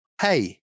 hey